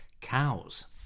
cows